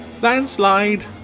landslide